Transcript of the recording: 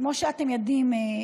כמו שאתם יודעים.